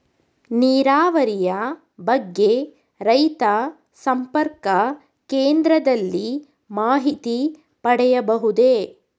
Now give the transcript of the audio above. ನೀರಾವರಿಯ ಬಗ್ಗೆ ರೈತ ಸಂಪರ್ಕ ಕೇಂದ್ರದಲ್ಲಿ ಮಾಹಿತಿ ಪಡೆಯಬಹುದೇ?